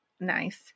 nice